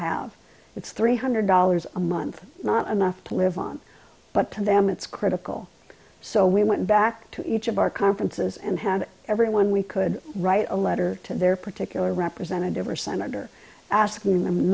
have it's three hundred dollars a month not enough to live on but to them it's critical so we went back to each of our conferences and had everyone we could write a letter to their particular representative or senator asking them